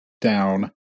down